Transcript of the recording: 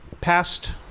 passed